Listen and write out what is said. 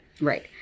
Right